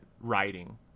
writing